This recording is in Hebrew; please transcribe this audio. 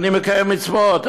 אני מקיים מצוות,